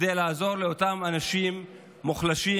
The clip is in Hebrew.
כדי לעזור לאותם אנשים מוחלשים,